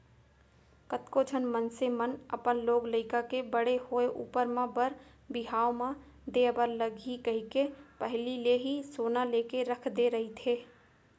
कतको झन मनसे मन अपन लोग लइका के बड़े होय ऊपर म बर बिहाव म देय बर लगही कहिके पहिली ले ही सोना लेके रख दे रहिथे